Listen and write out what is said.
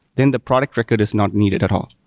then the product record is not needed at all.